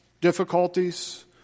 difficulties